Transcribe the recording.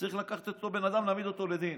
צריך לקחת את אותו בן אדם ולהעמיד אותו לדין.